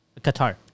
Qatar